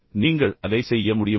நீங்கள் அதை செய்ய முடியுமா